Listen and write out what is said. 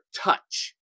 touch